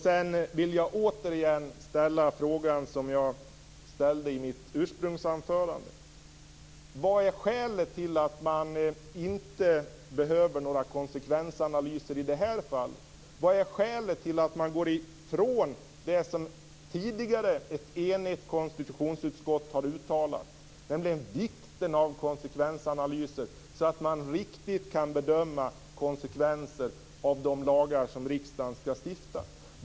Sedan vill jag åter ställa den fråga som jag ställde i mitt inledningsanförande: Vad är skälet till att man inte behöver några konsekvensanalyser i det här fallet? Vad är skälet till att man går ifrån det som tidigare ett enigt konstitutionsutskott har uttalat, nämligen vikten av konsekvensanalyser så att man riktigt kan bedöma konsekvenser av de lagar som riksdagen skall stifta?